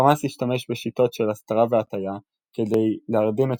חמאס השתמש בשיטות של הסתרה והטעיה כדי "להרדים" את